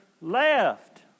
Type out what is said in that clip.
left